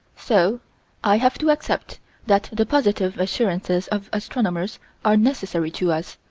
so i have to accept that the positive assurances of astronomers are necessary to us,